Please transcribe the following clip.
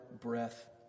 breath